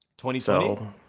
2020